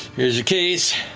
here's your keys.